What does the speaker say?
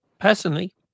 personally